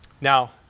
Now